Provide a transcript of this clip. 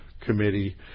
committee